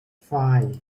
five